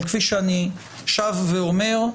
אבל כפי שאני שב ואומר,